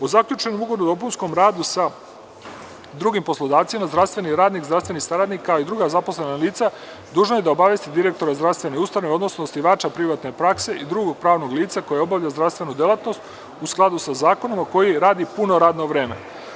O zaključenom ugovoru o dopunskom radu sa drugim poslodavcima zdravstveni radnik, zdravstveni saradnik kao i druga zaposlena lica dužno je da obavesti direktora zdravstvene ustanove odnosno osnivača privatne prakse i drugog pravnog lica koje obavlja zdravstvenu delatnost, u skladu sa zakonom, a koji radi puno radno vreme.